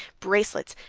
bracelets,